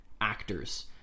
actors